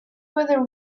whether